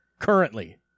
Currently